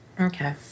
Okay